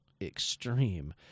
extreme